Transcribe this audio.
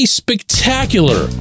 spectacular